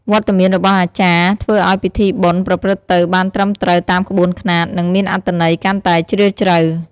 វត្តមានរបស់អាចារ្យធ្វើឱ្យពិធីបុណ្យប្រព្រឹត្តទៅបានត្រឹមត្រូវតាមក្បួនខ្នាត និងមានអត្ថន័យកាន់តែជ្រាលជ្រៅ។